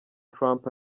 trump